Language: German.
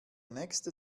nächste